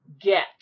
get